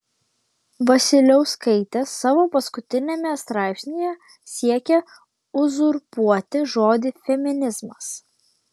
vasiliauskaitė savo paskutiniame straipsnyje siekia uzurpuoti žodį feminizmas